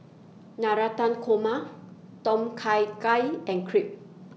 Navratan Korma Tom Kha Gai and Crepe